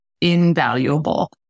invaluable